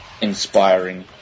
inspiring